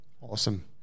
Awesome